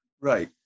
Right